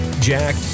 Jack